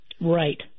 Right